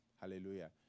hallelujah